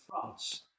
France